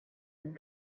and